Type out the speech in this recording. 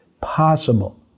possible